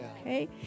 okay